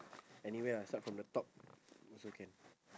anywhere ah start from the top also can